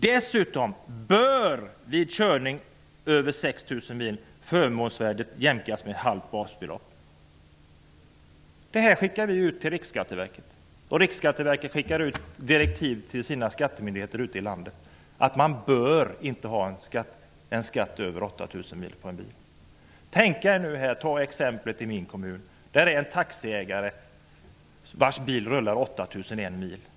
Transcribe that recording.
Dessutom bör vid körning över 6 000 mil förmånsvärdet jämkas till ett halvt basbelopp --------.'' Detta skickar vi ut till Riksskatteverket. Riksskatteverket skickar sedan ut direktiv till sina skattemyndigheter ute i landet om att en bil som gått mer än 8 000 mil per år inte bör förmånsbeskattas. Låt oss ta ett exempel från min kommun. Där finns en taxiägare vars bil rullar 8 001 mil per år.